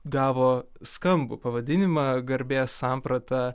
gavo skambų pavadinimą garbės samprata